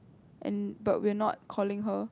and but we are not calling her